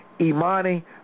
Imani